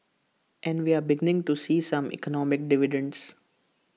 and we are beginning to see some economic dividends